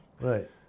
Right